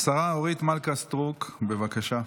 השרה אורית מלכה סטרוק, בבקשה.